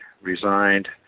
resigned